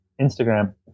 Instagram